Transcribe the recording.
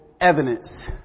evidence